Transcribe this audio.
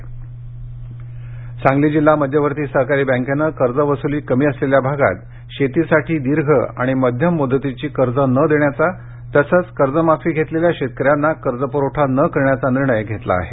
सांगली सांगली जिल्हा मध्यवर्ती सहकारी बँकेने कर्ज वसूली कमी असलेल्या भागात शेतीसाठी दीर्घ आणि मध्यम मुदतीची कर्जे न देण्याचा तसेच कर्जमाफी घेतलेल्या शेतकऱ्यांना कर्ज पुरवठा न करण्याचा निर्णय घेतला आहे